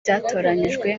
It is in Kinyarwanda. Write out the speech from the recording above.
byatoranyijwe